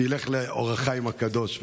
שילך לאור החיים הקדוש,